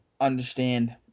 understand